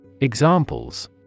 Examples